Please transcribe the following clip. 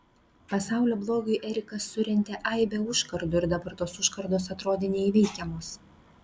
pasaulio blogiui erikas surentė aibę užkardų ir dabar tos užkardos atrodė neįveikiamos